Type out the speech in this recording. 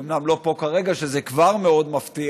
הוא אומנם לא פה כרגע, שזה כבר מאוד מפתיע,